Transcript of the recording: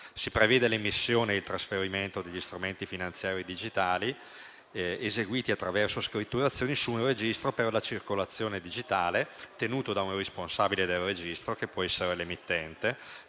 Si prevedono l'emissione e il trasferimento degli strumenti finanziari digitali, eseguiti attraverso scritturazioni, su un registro per la circolazione digitale, tenuto da un responsabile del registro, che può essere l'emittente,